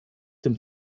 dem